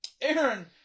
Aaron